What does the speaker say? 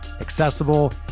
accessible